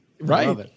Right